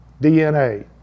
dna